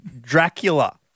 Dracula